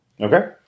Okay